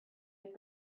had